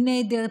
היא נהדרת,